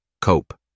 cope